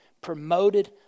promoted